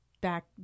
back